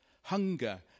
Hunger